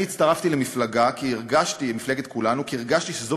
אני הצטרפתי למפלגת כולנו כי הרגשתי שזו